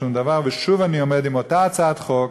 ושוב אני עומד עם אותה הצעת חוק,